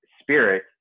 spirit